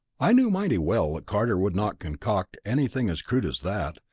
i knew mighty well carter would not concoct anything as crude as that,